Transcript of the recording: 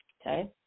Okay